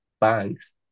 banks